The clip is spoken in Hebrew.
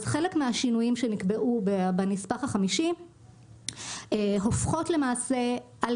חלק מהשינויים שנקבעו בנספח החמישי הופכות למעשה על